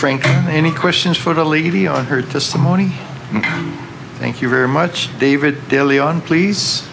frank any questions for the levy on her testimony thank you very much david daley on please